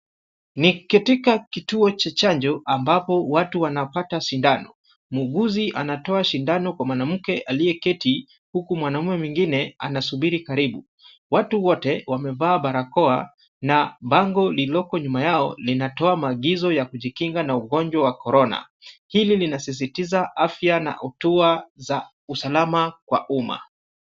Ni katika kituo cha chanjo ambapo watu wanapata sindano. Muhuguzi anatoa sindano kwa mwanamke aliyeketi huku mwanaume mwingine anasubiri karibu. Watu wote wamevaa barakoa na bango lililoko nyuma yao linatoa maagizo ya kujikinga na ugonjwa wa korona. Hili linasisitiza afya na utoa za usalama kwa umma